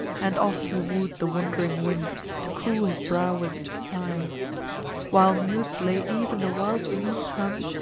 and oft he wooed the wandering wind to cool his brow with its sigh while mute lay even the wild bee's hum,